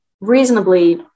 reasonably